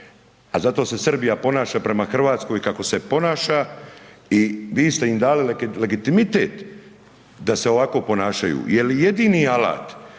a zato se Srbija ponaša prema Hrvatskoj kako se ponaša i vi ste im dali legitimitet da se ovako ponašaju jer jedini alat